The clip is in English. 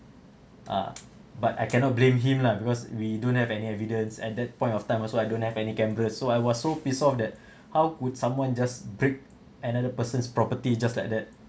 ah but I cannot blame him lah because we don't have any evidence at that point of time also I don't have any cameras so I was so pissed off that how could someone just break another person's property just like that